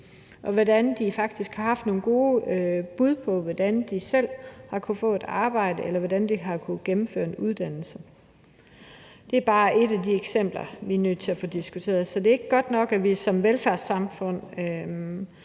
har set, at de faktisk har haft nogle gode bud på, hvordan de selv har kunnet få et arbejde, eller hvordan de har kunnet gennemføre en uddannelse. Det er bare et af de eksempler, vi er nødt til at få diskuteret. Det er ikke godt nok, at det i et velfærdssamfund